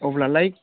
अब्लालाय